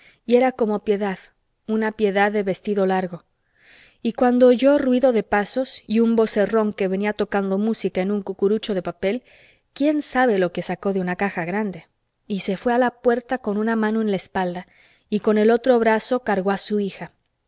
y era como piedad una piedad de vestido largo y cuando oyó ruido de pasos y un vocerrón que venía tocando música en un cucurucho de papel quién sabe lo que sacó de una caja grande y se fue a la puerta con una mano en la espalda y con el otro brazo cargó a su hija